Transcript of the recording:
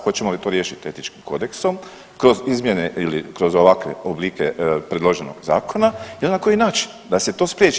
Hoćemo li to riješiti etičkim kodeksom kroz izmjene ili kroz ovakve oblike predloženog zakona i na koji način da se to spriječi?